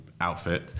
outfit